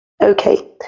okay